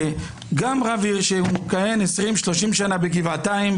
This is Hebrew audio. שגם רב עיר שמכהן 30-20 שנה בגבעתיים,